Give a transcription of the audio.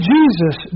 Jesus